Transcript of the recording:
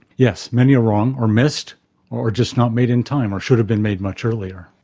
yes, many are wrong or missed or just not made in time or should have been made much earlier.